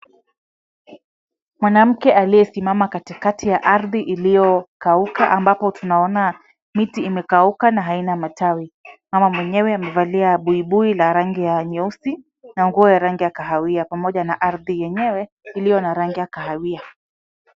Mwanamke aliyesimama katikati ya ardhi iliyokauka ambapo tunaona miti imekauka na haina matawi. Mama mwenyewe amevalia buibui la rangi ya nyeusi na nguo ya rangi ya kahawia pamoja na arhi yenyewe iliyo na rangi ya kahawia.